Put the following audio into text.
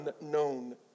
unknown